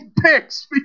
picks